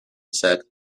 said